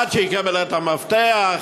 עד שיקבל את המפתח,